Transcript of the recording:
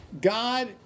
God